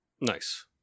Nice